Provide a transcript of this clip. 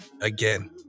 Again